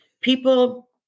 people